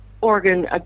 organ